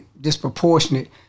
disproportionate